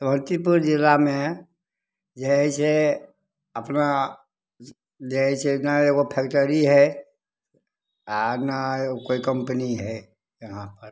समस्तीपुर जिलामे जे हइ से अपना जे हइ से एहिठिना एगो फैक्ट्री हइ आ ने एगो कोइ कम्पनी हइ यहाँ पर